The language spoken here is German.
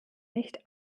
nicht